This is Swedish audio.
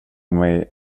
mig